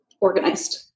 organized